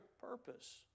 purpose